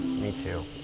me too.